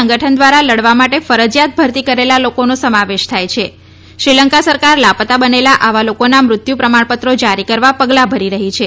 સંગઠન દ્વારા લડવા માટે ફરજીયાત ભરતી કરેલા લોકોનો સમાવેશ થાય છે શ્રીલંકા સરકાર લાપતા બનેલા આવા લોકોના મૃત્યુ પ્રમાણપત્રો જારી કરવા પગલાં ભરી રહી છે